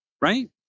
right